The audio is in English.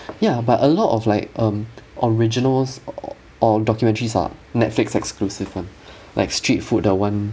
ya but a lot of like um originals o~ or documentaries are netflix exclusive one like street food that one